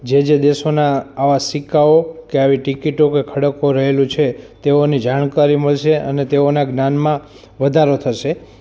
જે જે દેશોના આવા સિક્કાઓ કે આવી ટિકીટો કે ખડકો રહેલું છે તેઓની જાણકારી મળશે અને તેઓનાં જ્ઞાનમાં વધારો થશે